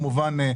כמובן,